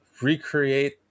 recreate